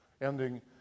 ending